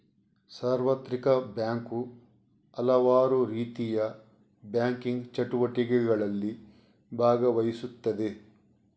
ಸಾರ್ವತ್ರಿಕ ಬ್ಯಾಂಕು ಹಲವಾರುರೀತಿಯ ಬ್ಯಾಂಕಿಂಗ್ ಚಟುವಟಿಕೆಗಳಲ್ಲಿ ಭಾಗವಹಿಸುತ್ತದೆ